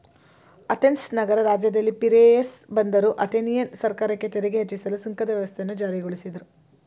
Athens ನಗರ ರಾಜ್ಯದಲ್ಲಿ Piraeus ಬಂದರು ಅಥೆನಿಯನ್ ಸರ್ಕಾರಕ್ಕೆ ತೆರಿಗೆ ಹೆಚ್ಚಿಸಲು ಸುಂಕದ ವ್ಯವಸ್ಥೆಯನ್ನು ಜಾರಿಗೊಳಿಸಿದ್ರು